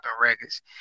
records